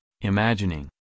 imagining